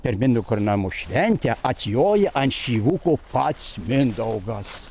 per mindaugo karūnavimo šventę atjoja ant šyvuko pats mindaugas